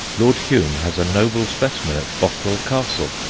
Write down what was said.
lord home has a noble specimen at bothwell castle,